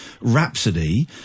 Rhapsody